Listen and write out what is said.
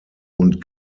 und